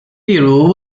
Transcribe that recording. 例如